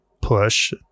push